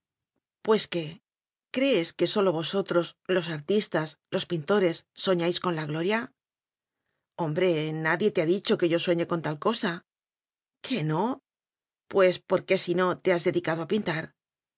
pues qué crees que sólo vosotros los artistas los pintores soñáis con la gloria hombre nadie te ha dicho que yo sue ñe con tal cosa que no pues por qué si no te has dedi cado a pintar